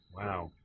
Wow